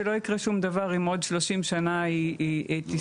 שלא יקרה שום דבר אם עוד 30 שנה היא תיסחף.